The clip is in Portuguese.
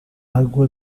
água